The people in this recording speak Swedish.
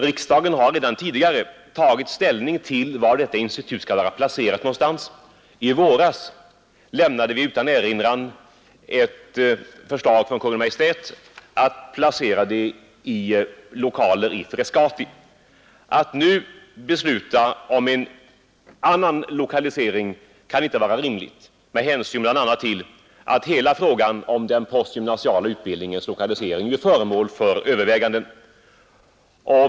Riksdagen har redan tidigare tagit ställning till var detta institut skall vara placerat — i våras lämnade vi utan erinran ett förslag från Kungl. Maj:t att placera det i lokaler i Frescati. Att nu besluta om en annan lokalisering kan inte vara rimligt med hänsyn bl.a. till att hela frågan om den postgymnasiala utbildningens lokalisering är föremål för övervägande.